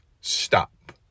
stop